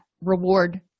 reward